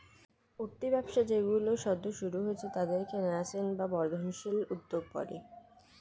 উঠতি ব্যবসা যেইগুলো সদ্য শুরু হয়েছে তাদেরকে ন্যাসেন্ট বা বর্ধনশীল উদ্যোগ বলে